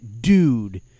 dude